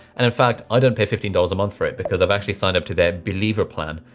and in fact, i don't pay fifteen dollars a month for it because i've actually signed up to their believer plan,